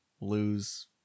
lose